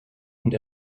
und